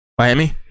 Miami